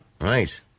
Right